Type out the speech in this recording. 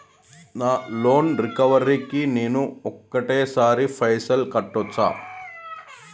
నా loan recovery కి నేను ఒకటేసరి పైసల్ కట్టొచ్చా?